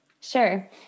Sure